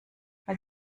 weil